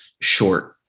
short